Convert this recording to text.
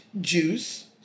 juice